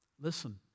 listen